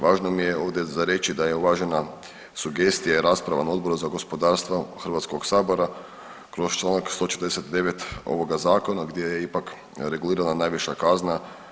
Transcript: Važno mi je ovdje za reći da je uvažena sugestija i rasprava na Odboru za gospodarstvo Hrvatskog sabora kroz Članak 149. ovoga zakona gdje je ipak regulirana najviša kazna.